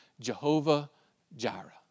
Jehovah-Jireh